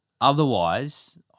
otherwise